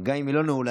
גם אם היא לא נעולה,